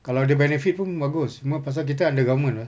kalau ada benefit pun bagus semua pasal kita under government ah